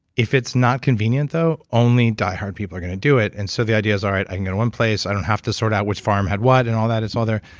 if it's not convenient, though, only diehard people are going to do it. and so the idea is, all right. i can go to one place, i don't have to sort out which farms have what and all that, it's all there.